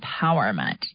empowerment